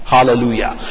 Hallelujah